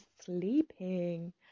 sleeping